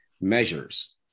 measures